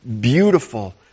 beautiful